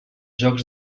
jocs